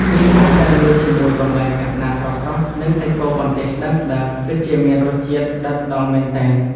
មីឆាដែលលាយជាមួយបន្លែខាត់ណាស្រស់ៗនិងសាច់គោបន្ទះស្តើងៗពិតជាមានរសជាតិដិតដល់មែនទែន។